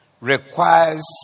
requires